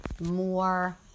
more